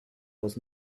was